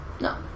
No